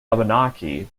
abenaki